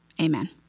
amen